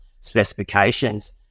specifications